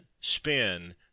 spin